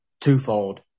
twofold